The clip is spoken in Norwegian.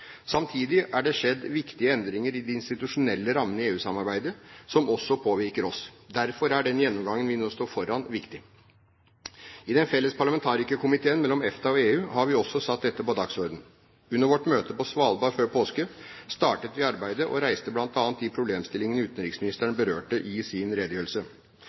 Samtidig er det skjedd viktige endringer i de institusjonelle rammene i EU-samarbeidet som også påvirker oss. Derfor er den gjennomgangen vi nå står foran, viktig. I den felles parlamentarikerkomiteen mellom EFTA og EU har vi også satt dette på dagsordenen. Under vårt møte på Svalbard før påske startet vi arbeidet og reiste bl.a. de problemstillingene utenriksministeren berørte i sin redegjørelse.